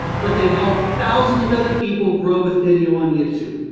but they've helped thousands of other people grow with video on youtube.